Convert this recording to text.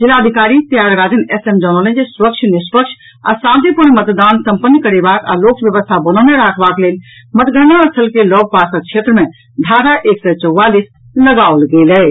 जिलाधिकारी Thiyagarajan S M जनौलनि जे स्वच्छ निष्पक्ष और शांतिपूर्ण मतगणना सम्पन्न करेबाक आ लोक व्यवस्था बनौने राखबाक लेल मतणगना स्थल के लऽग पासक क्षेत्र मे धारा एक सय चौवालीस लगाओल गेल अछि